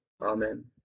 Amen